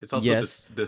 Yes